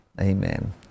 Amen